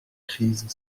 crise